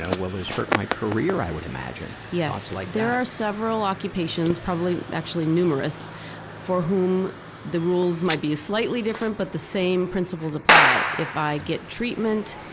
ah will this hurt my career, i would imagine? yes. like there are several occupations probably actually numerous for whom the rules might be slightly different but the same principles apply. if i get treatment,